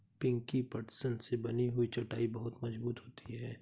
पिंकी पटसन से बनी हुई चटाई बहुत मजबूत होती है